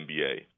NBA